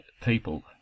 people